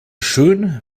schön